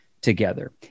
together